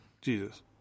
Jesus